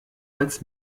als